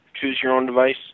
choose-your-own-device